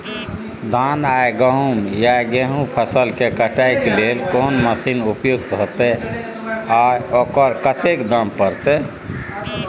धान आ गहूम या गेहूं फसल के कटाई के लेल कोन मसीन उपयुक्त होतै आ ओकर कतेक दाम परतै?